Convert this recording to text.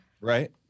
Right